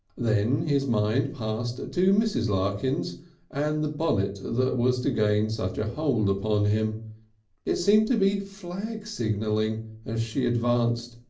then his mind passed to mrs. larkins and the bonnet that was to gain such a hold upon him it seemed to be flag-signalling as she advanced,